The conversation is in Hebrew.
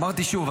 אמרתי שוב,